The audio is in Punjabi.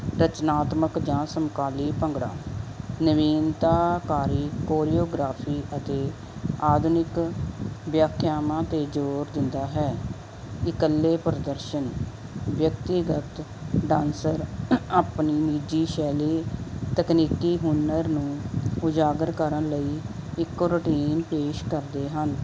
ਰਚਨਾਤਮਕ ਜਾਂ ਸਮਕਾਲੀ ਭੰਗੜਾ ਨਵੀਨਤਾਕਾਰੀ ਕੋਰੀਓਗ੍ਰਾਫੀ ਅਤੇ ਆਧੁਨਿਕ ਵਿਆਖਿਆਵਾਂ 'ਤੇ ਜ਼ੋਰ ਦਿੰਦਾ ਹੈ ਇਕੱਲੇ ਪ੍ਰਦਰਸ਼ਨ ਵਿਅਕਤੀਗਤ ਡਾਂਸਰ ਆਪਣੀ ਨਿੱਜੀ ਸ਼ੈਲੀ ਤਕਨੀਕੀ ਹੁਨਰ ਨੂੰ ਉਜਾਗਰ ਕਰਨ ਲਈ ਇੱਕ ਰੂਟੀਨ ਪੇਸ਼ ਕਰਦੇ ਹਨ